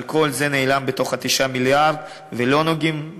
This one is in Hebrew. אבל כל זה נעלם בתוך ה-9 מיליארד ולא נוגעים